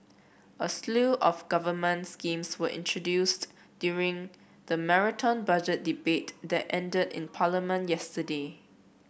a slew of government schemes was introduced during the Marathon Budget Debate that ended in Parliament yesterday